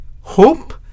hope